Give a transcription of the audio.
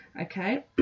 okay